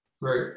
right